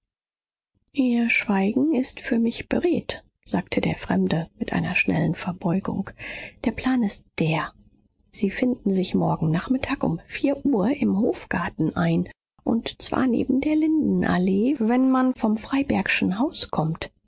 ihr schweigen ist für mich beredt sagte der fremde mit einer schnellen verbeugung der plan ist der sie finden sich morgen nachmittag um vier uhr im hofgarten ein und zwar neben der lindenallee wenn man vom freibergschen haus kommt